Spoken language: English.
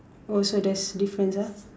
oh so there's difference ah